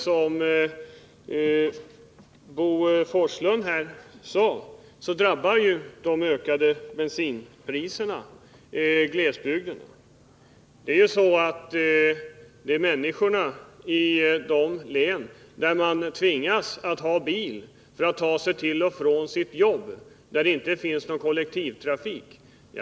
Som Bo Forslund sade drabbar ju de ökade bensinpriserna människorna i glesbygdslänen, där man tvingas ha bil för att kunna ta sig till och från sitt jobb, eftersom det inte finns någon kollektivtrafik.